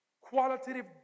qualitative